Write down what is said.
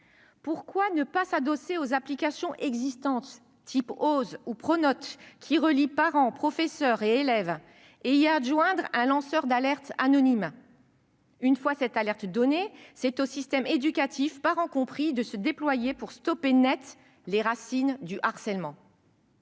Pourquoi ne pas recourir aux applications existantes du type OSE ou Pronote, qui relient parents, professeurs et élèves, et y adjoindre un lanceur d'alerte anonyme ? Une fois l'alerte donnée, c'est au système éducatif, parents compris, d'intervenir pour couper net les racines du harcèlement.